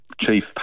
Chief